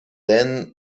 then